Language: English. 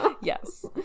Yes